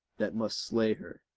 that must slay her.